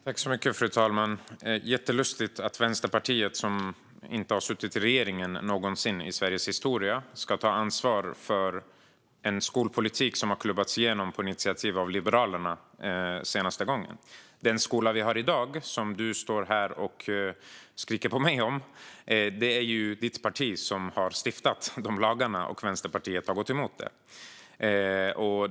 Fru talman! Det är jättelustigt att Vänsterpartiet, som aldrig någonsin i Sveriges historia har suttit i regering, ska ta ansvar för en skolpolitik som senaste gången klubbades igenom på initiativ av Liberalerna. När det gäller den skola vi har i dag och som du, Roger Haddad, står här och skriker på mig om är det ditt parti som har stiftat lagarna och Vänsterpartiet som har gått emot.